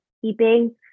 keeping